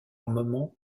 moments